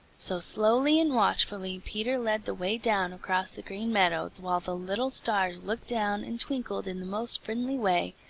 so slowly and watchfully peter led the way down across the green meadows while the little stars looked down and twinkled in the most friendly way,